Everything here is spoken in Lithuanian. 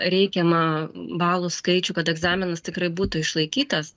reikiamą balų skaičių kad egzaminas tikrai būtų išlaikytas